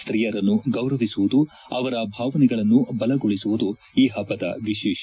ಸ್ತೀಯರನ್ನು ಗೌರವಿಸುವುದು ಅವರ ಭಾವನೆಗಳನ್ನು ಬಲಗೊಳಿಸುವುದು ಈ ಹಬ್ಬದ ವಿಶೇಷ